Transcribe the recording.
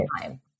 time